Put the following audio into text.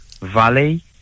Valley